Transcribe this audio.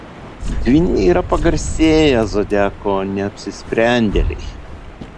dvyniai yra pagarsėję zodiako neapsisprendėliai